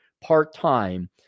part-time